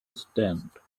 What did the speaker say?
stand